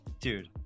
Dude